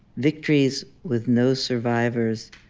victories with no survivors,